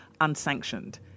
unsanctioned